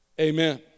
Amen